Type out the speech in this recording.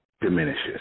diminishes